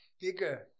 bigger